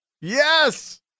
yes